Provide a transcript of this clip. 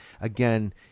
again